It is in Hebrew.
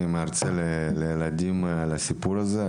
אני מרצה לילדים על הסיפור הזה,